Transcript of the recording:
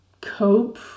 cope